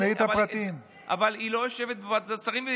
אבל היא לא יושבת בוועדת השרים,